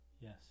yes